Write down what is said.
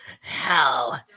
hell